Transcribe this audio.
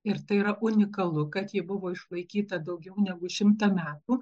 ir tai yra unikalu kad ji buvo išlaikyta daugiau negu šimtą metų